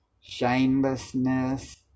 shamelessness